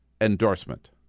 endorsement